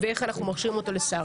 אוקיי, שמנו בצד.